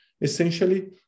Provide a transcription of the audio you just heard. essentially